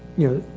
you know,